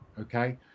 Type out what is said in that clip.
Okay